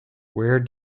where